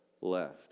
left